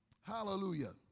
Hallelujah